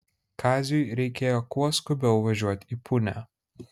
kaziui reikėjo kuo skubiau važiuot į punią